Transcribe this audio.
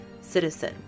citizen